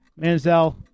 Manziel